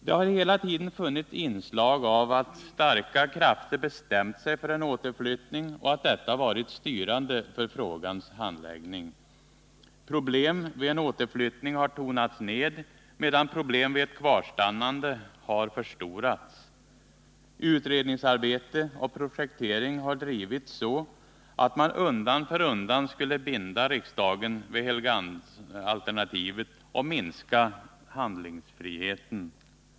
Det har hela tiden funnits inslag som vittnat om att starka krafter bestämt sig för en återflyttning och att detta varit styrande för frågans handläggning. Problem vid en återflyttning har tonats ned, medan problem vid ett kvarstannande har förstorats. Utredningsarbete och projektering har drivits så, att man undan för undan skulle binda riksdagen vid Helgeandsholmsalternativet och minska handlingsfriheten.